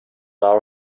our